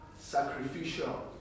sacrificial